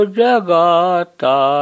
jagata